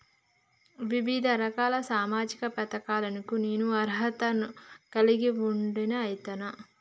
వివిధ రకాల సామాజిక పథకాలకు నేను అర్హత ను కలిగిన వాడిని అయితనా?